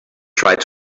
tried